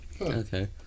Okay